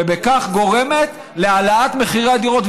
ובכך גורמת להעלאת מחירי הדירות.